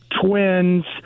twins